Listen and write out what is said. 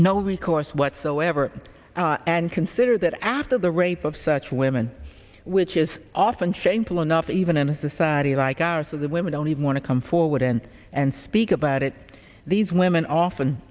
no recourse whatsoever and consider that after the rape of such women which is often shameful enough even in a society like ours of the women don't even want to come forward and and speak about it these women often